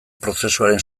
prozesuaren